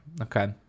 okay